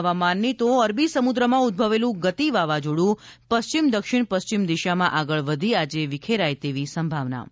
હવામાન અરબી સમુદ્રમાં ઉદભવેલું ગતિ વાવાઝોડુ પશ્ચિમ દક્ષિણ પશ્ચિમ દિશામાં આગળ વધી આજે વિખેરાય તેવી સંભાવના છે